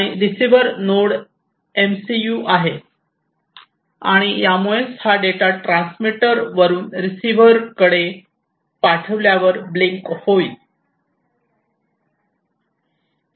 आणि receiver node MCU आहे आणि यामुळेच हा डेटा ट्रान्समीटरवरून रिसीव्हरकडे पाठविल्यावर ब्लींक होईल